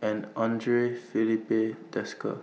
and Andre Filipe Desker